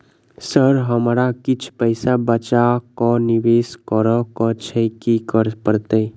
Sir हमरा किछ पैसा बचा कऽ निवेश करऽ केँ छैय की करऽ परतै?